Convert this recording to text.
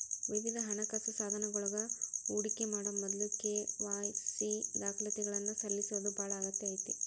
ವಿವಿಧ ಹಣಕಾಸ ಸಾಧನಗಳೊಳಗ ಹೂಡಿಕಿ ಮಾಡೊ ಮೊದ್ಲ ಕೆ.ವಾಯ್.ಸಿ ದಾಖಲಾತಿಗಳನ್ನ ಸಲ್ಲಿಸೋದ ಬಾಳ ಅಗತ್ಯ ಐತಿ